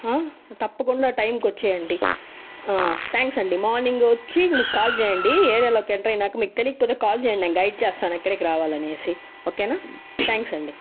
తప్పకుండా టైమ్కి వచ్చేయండి థాంక్స్ అండీ మార్నింగ్ వచ్చి మీరు కాల్ చేయండి ఏరియాలోకి ఎంటర్ అయినాక మీకు తెలీయకపోతే కాల్ చేయండి నేను గైడ్ చేస్తాను ఎక్కడికి రావాలి అనేసి ఓకే నా థాంక్స్ అండీ